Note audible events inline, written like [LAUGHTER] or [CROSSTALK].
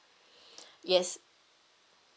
[BREATH] yes